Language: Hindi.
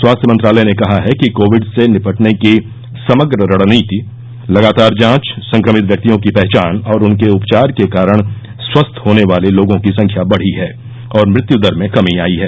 स्वास्थ्य मंत्रालय ने कहा है कि कोविड से निपटने की समग्र रणनीति लगातार जांच संक्रमित व्यक्तियों की पहचान और उनके उपचार के कारण स्वस्थ होने वाले लोगों की संख्या बढ़ी है और मृत्य दर में कमी आई है